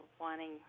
wanting